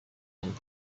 him